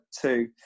two